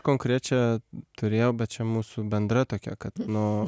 konkrečią turėjau bet čia mūsų bendra tokia kad nu